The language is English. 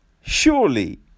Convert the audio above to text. surely